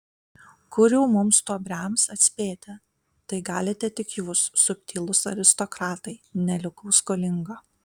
kur jau mums stuobriams atspėti tai galite tik jūs subtilūs aristokratai nelikau skolinga